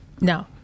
No